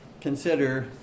consider